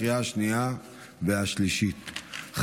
להלן תוצאות ההצבעה: 14 בעד,